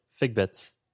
Figbits